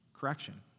correction